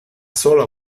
sola